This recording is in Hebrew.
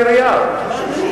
העירייה, אוקיי.